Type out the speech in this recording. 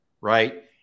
right